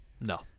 No